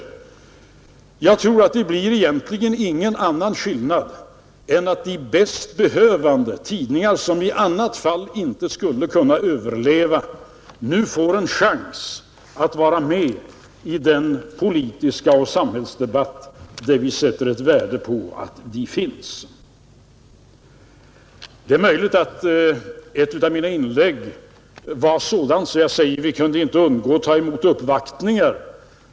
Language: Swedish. Jag tror att det egentligen inte blir någon annan skillnad än att de bäst behövande tidningarna, som i annat fall inte skulle kunna överleva, nu får en chans att vara med i den politiska och samhälleliga debatt där vi sätter värde på att de finns. Det är möjligt att jag i ett av mina inlägg sade att vi inte kunde undgå att ta emot uppvaktningar.